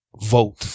vote